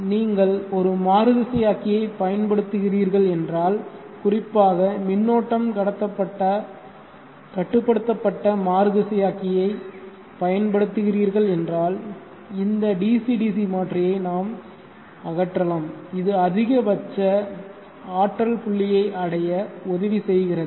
நீங்கள் ஒரு மாறுதிசையாக்கியை பயன்படுத்துகிறீர்கள் என்றால் குறிப்பாக மின்னோட்டம் கட்டுப்படுத்தப்பட்ட மாறுதிசையாக்கியை பயன்படுத்துகிறீர்கள் என்றால் இந்த DC DC மாற்றியை நாம் அகற்றலாம் இது அதிகபட்ச அதிகபட்ச ஆற்றல் புள்ளியை அடைய உதவி செய்கிறது